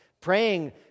praying